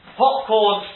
popcorn